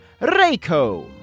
Reiko